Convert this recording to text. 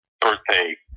Birthday